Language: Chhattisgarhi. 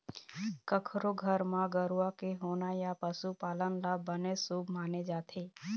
कखरो घर म गरूवा के होना या पशु पालन ल बने शुभ माने जाथे